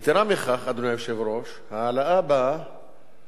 אדוני היושב-ראש, יתירה מכך, ההעלאה באה